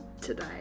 today